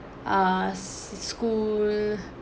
err school